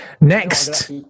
Next